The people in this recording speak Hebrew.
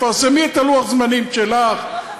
פרסמי את לוח הזמנים שלך,